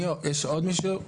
יש עוד מישהו?